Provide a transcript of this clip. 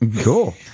Cool